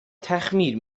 تخمیر